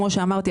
כמו שאמרתי,